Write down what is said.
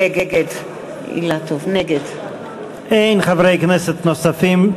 נגד אין חברי כנסת נוספים.